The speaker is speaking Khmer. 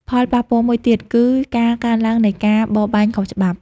ផលប៉ះពាល់មួយទៀតគឺ ការកើនឡើងនៃការបរបាញ់ខុសច្បាប់។